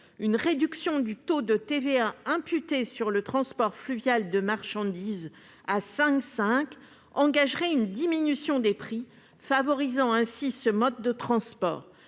Une réduction du taux de TVA imputée sur le transport fluvial de marchandises à 5,5 % engagerait une diminution des prix favorisant ainsi ce mode de transport.